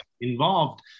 involved